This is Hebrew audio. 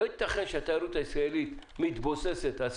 אבל לא יתכן שהתיירות הישראלית מתבוססת בדמה,